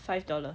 five dollar